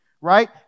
right